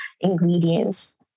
ingredients